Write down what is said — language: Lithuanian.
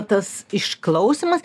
tas išklausymas